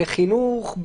בחינוך,